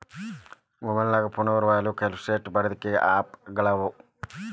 ಮಒಬೈಲ್ನ್ಯಾಗ್ future value calculate ಮಾಡ್ಲಿಕ್ಕೆ ಆಪ್ ಗಳವ